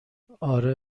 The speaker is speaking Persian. آره